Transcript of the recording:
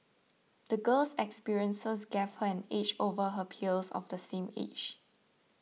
the girl's experiences gave her an edge over her peers of the same age